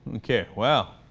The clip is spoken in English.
mckay well